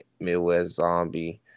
MidwestZombie